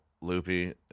loopy